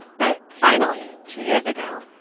but finally, two years ago,